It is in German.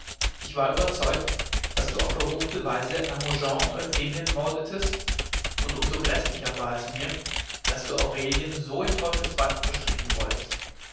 ich war überzeugt daß du auf verruchte weise hermogen und euphemien mordetest und um so gräßlicher war es mir daß du aurelien so in teufelsbanden verstricken wolltest